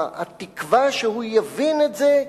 התקווה שהוא יבין את זה,